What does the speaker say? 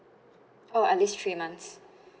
oh at least three months